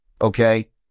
okay